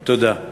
תודה.